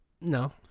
No